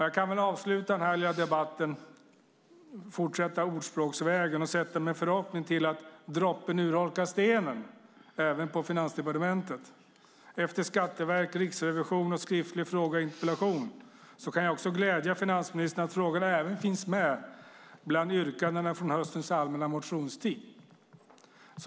Jag kan avsluta den här debatten med att fortsätta på ordspråksvägen och sätta min förhoppning till att droppen urholkar stenen, även på Finansdepartementet. Efter skatteverk, riksrevision, skriftlig fråga och interpellation kan jag glädja finansministern med att de här frågorna även finns med bland yrkandena från höstens allmänna motionstid.